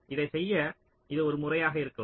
இதைச் செய்ய இது ஒரு முறையாக இருக்கலாம்